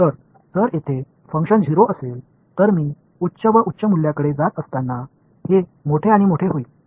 तर जर येथे फंक्शन 0 असेल तर मी उच्च व उच्च मूल्यांकडे जात असताना हे मोठे आणि मोठे होईल